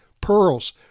pearls